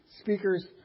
speakers